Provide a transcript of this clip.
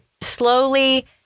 slowly